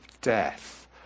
death